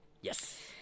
Yes